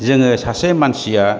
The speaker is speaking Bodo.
जोङो सासे मानसिया